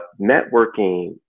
networking